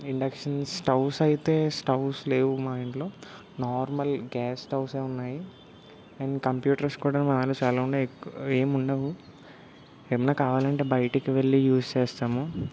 induction stoves అయితే stoves లేవు మా ఇంట్లో నార్మల్ గ్యాస్ స్టవ్సే ఉన్నాయి అండ్ కంప్యూటర్స్ కూడా మావాలా చాలా ఉన్నాయి ఎక్కు ఏముండవు ఏమన్నా కావాలంటే బయటికి వెళ్ళి యూస్ చేస్తాము